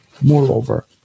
Moreover